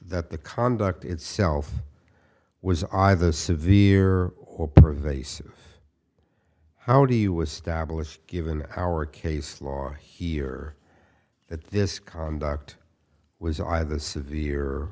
that the conduct itself was either severe or pervasive how do you establish given our case law here that this conduct was either severe